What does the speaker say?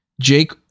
Jake